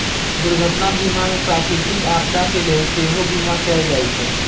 दुर्घटना बीमा में प्राकृतिक आपदा के लेल सेहो बिमा कएल जाइ छइ